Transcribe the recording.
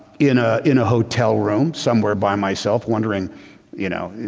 in ah in a hotel room somewhere by myself wondering you know,